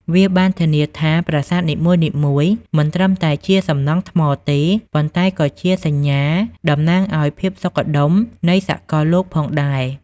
វាបានធានាថាប្រាសាទនីមួយៗមិនត្រឹមតែជាសំណង់ថ្មទេ ប៉ុន្តែក៏ជាសញ្ញាតំណាងឲ្យភាពសុខដុមនៃសកលលោកផងដែរ។